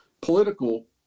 political